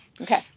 Okay